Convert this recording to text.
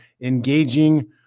engaging